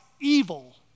evil